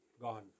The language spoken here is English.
gone